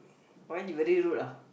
why you very rude lah